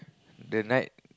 the night